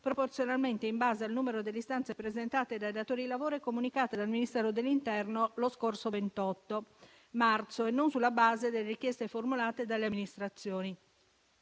proporzionalmente ed in base alle istanze presentate dai datori di lavoro e comunicate dal Ministero dell'interno lo scorso 28 marzo e non sulla base delle richieste formulate dalle amministrazioni.